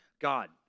God